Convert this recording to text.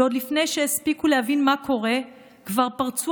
ועוד לפני שהספיקו להבין מה קורה כבר פרצו